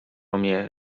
mnie